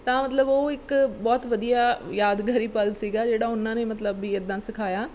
ਤਾਂ ਮਤਲਬ ਉਹ ਇੱਕ ਬਹੁਤ ਵਧੀਆ ਯਾਦਗਾਰੀ ਪਲ ਸੀਗਾ ਜਿਹੜਾ ਉਹਨਾਂ ਨੇ ਮਤਲਬ ਵੀ ਇੱਦਾਂ ਸਿਖਾਇਆ